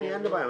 אין לי בעיה,